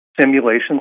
Simulations